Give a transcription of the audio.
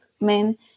men